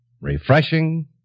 refreshing